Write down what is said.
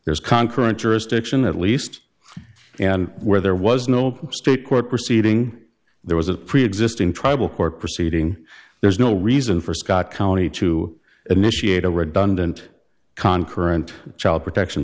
there's concord jurisdiction at least and where there was no state court proceeding there was a preexisting tribal court proceeding there is no reason for scott county to initiate a redundant concord and child protection